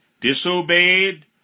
disobeyed